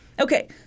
Okay